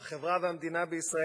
החברה והמדינה בישראל,